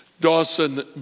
Dawson